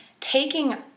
taking